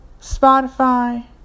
Spotify